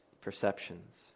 perceptions